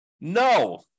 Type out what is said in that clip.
No